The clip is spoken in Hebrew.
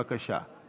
בבקשה.